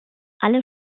alle